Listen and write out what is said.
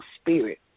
spirit